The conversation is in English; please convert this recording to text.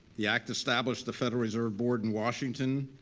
the act established the federal reserve board in washington,